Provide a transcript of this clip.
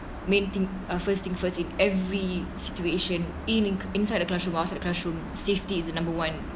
main thing uh first thing first in every situation in~ inside the classroom or outside classroom safety is the number one